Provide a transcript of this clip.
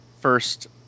first